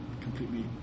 completely